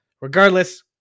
regardless